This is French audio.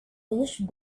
riche